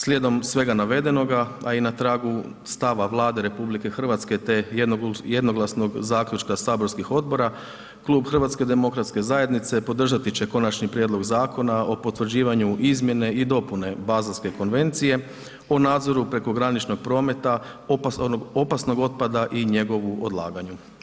Slijedom svega navedenoga, a i na tragu stava Vlade RH te jednoglasnog zaključka saborskih odbora, Klub HDZ-a podržati će Konačni prijedlog zakona o potvrđivanju izmjene i dopune Bazelske konvencije o nadzoru prekograničnog prometa opasnog otpada i njegovu odlaganju.